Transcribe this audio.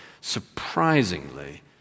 Surprisingly